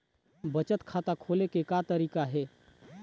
बचत खाता खोले के का तरीका हे?